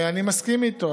אני מסכים איתו.